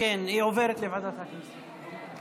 היא עוברת לוועדת הכנסת.